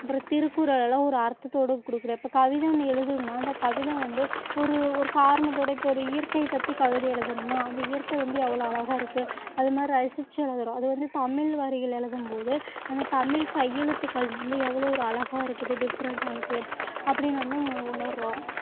அப்புறம் திருக்குறள்லாம் ஒரு அர்த்தத்தோடு கொடுக்கறப்ப கவிதை ஒன்று எழுதும்னா அந்தக் கவிதை வந்து ஒரு ஒரு காரணத்தோடு இப்போது ஒரு இயற்கை பற்றி கவிதை எழுதுறோம்னா அந்த இயற்கை வந்து எவ்வளோ அழகா இருக்குது அது மாதிரி ரசிச்சு எழுதுறோம் அது வந்து தமிழ் வரிகள் எழுதும் போது அந்த தமிழ் கையெழுத்துக்கள் வந்து எவ்வளோ ஒரு அழகா இருக்குது டிஃப்ரெண்டாக இருக்குது அப்படின்னு வந்து நம்ம உணர்கிறோம்